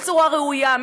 בצורה ראויה,